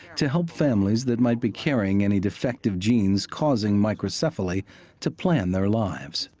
to help families that might be carrying any defective genes causing microcephaly to plan their lives.